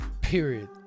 period